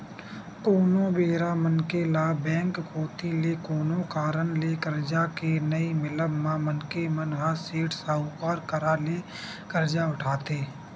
कोनो बेरा मनखे ल बेंक कोती ले कोनो कारन ले करजा के नइ मिलब म मनखे मन ह सेठ, साहूकार करा ले करजा उठाथे